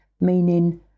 meaning